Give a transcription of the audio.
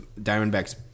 Diamondbacks